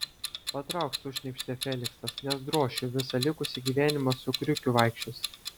patrauk sušnypštė feliksas nes drošiu visą likusį gyvenimą su kriukiu vaikščiosi